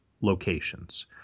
locations